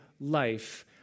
life